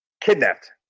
kidnapped